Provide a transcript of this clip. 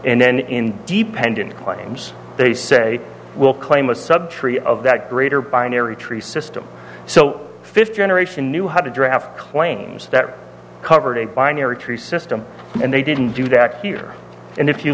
and then in the deep end in claims they say will claim a sub tree of that greater binary tree system so the fifth generation knew how to draft claims that covered a binary tree system and they didn't do that here and if you